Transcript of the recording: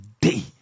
day